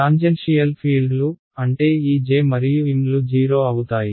tangential ఫీల్డ్లు అంటే ఈ J మరియు M లు 0 అవుతాయి